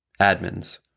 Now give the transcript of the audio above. admins